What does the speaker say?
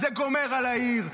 זה גומר על העיר,